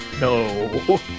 No